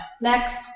next